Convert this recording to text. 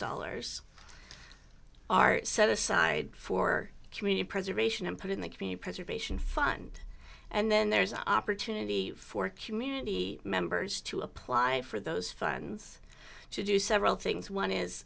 dollars are set aside for community preservation and put in the community preservation fund and then there's an opportunity for community members to apply for those funds to do several things one is